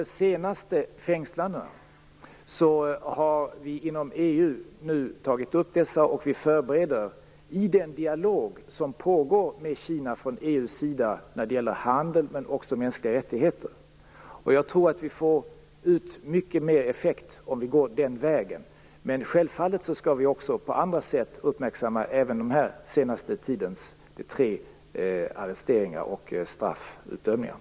De senaste fängslandena har vi tagit upp inom EU och förbereder frågan i den dialog som pågår med Kina från EU:s sida när det gäller handel men också mänskliga rättigheter. Jag tror att vi får ut mycket mer om vi går den vägen. Men självfallet skall vi också på andra sätt uppmärksamma även den senaste tidens arresteringar och straffutdömningar.